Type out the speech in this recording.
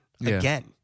Again